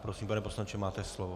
Prosím, pane poslanče, máte slovo.